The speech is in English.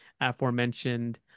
aforementioned